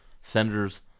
senators